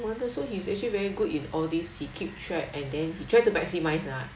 wonder so he's actually very good in all these he keep track and then he try to maximize ah